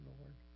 Lord